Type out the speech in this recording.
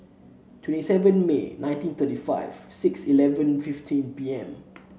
twenty seven May nineteen thirty five six eleven fifteen P M